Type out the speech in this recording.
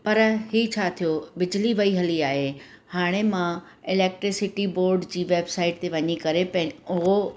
पर हीअ छा थियो बिजली वयी हली आहे हाणे मां इलेक्ट्रीसिटी बोर्ड जी वेबसाइट ते वञी करे पैं उहो